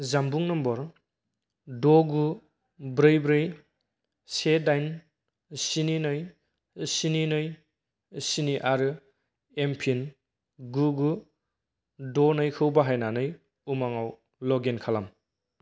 जानबुं नम्बर द' गु ब्रै ब्रै से दाइन स्नि नै स्नि नै स्नि आरो एमपिन गु गु द' नै खौ बाहायनानै उमांआव लग इन खालाम